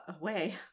Away